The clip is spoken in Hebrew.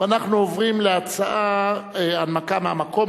ואנחנו עוברים להנמקה מהמקום,